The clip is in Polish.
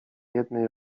jednej